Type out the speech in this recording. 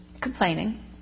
complaining